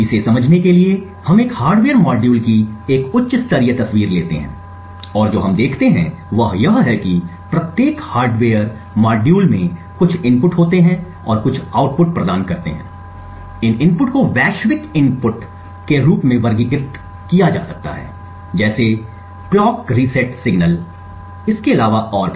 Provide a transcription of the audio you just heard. इसे समझने के लिए हम एक हार्डवेयर मॉड्यूल की एक उच्च स्तरीय तस्वीर लेते हैं और जो हम देखते हैं वह यह है कि प्रत्येक हार्डवेयर मॉड्यूल में कुछ इनपुट होते हैं और कुछ आउटपुट प्रदान करते हैं इन इनपुट को वैश्विक इनपुट के रूप में वर्गीकृत किया जा सकता है जैसे कलॉक रीसेट सिग्नल इसके अलावा और भी